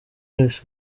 wese